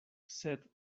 sed